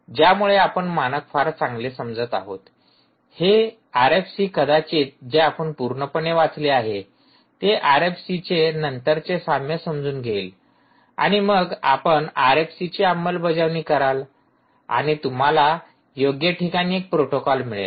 ज्यामुळे आपण मानक फार चांगले समजत आहोत हे आरएफसी कदाचित जे आपण पूर्णपणे वाचले आहे ते आरएफसीचे नंतरचे साम्य समजून घेईल आणि मग आपण आरएफसीची अंमलबजावणी कराल आणि तुम्हाला योग्य ठिकाणी एक प्रोटोकॉल मिळेल